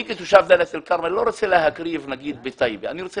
אני כתושב דלית אל כרמל לא רוצה להקריב נגיד בטייבה אלא אני רוצה